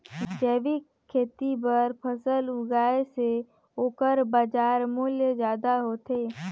जैविक खेती बर फसल उगाए से ओकर बाजार मूल्य ज्यादा होथे